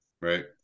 Right